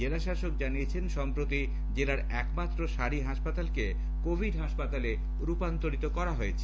জেলাশাসক জানান সম্প্রতি জেলার একমাত্র সারি হাসপাতালকে কোভিড হাসপাতালে রূপান্তরিত করা হয়েছে